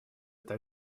это